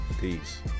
Peace